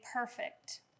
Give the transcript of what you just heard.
perfect